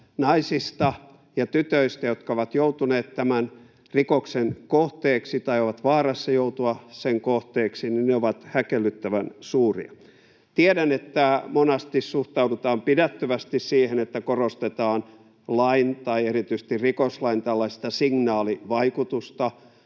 naisista ja tytöistä, jotka ovat joutuneet tämän rikoksen kohteeksi tai ovat vaarassa joutua sen kohteeksi, ovat häkellyttävän suuria. Tiedän, että monasti suhtaudutaan pidättyvästi siihen, että korostetaan tällaista lain tai erityisesti rikoslain signaalivaikutusta,